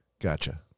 Gotcha